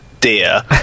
dear